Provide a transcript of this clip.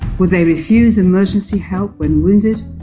would they refuse emergency help when wounded?